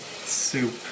soup